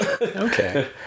Okay